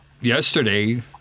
yesterday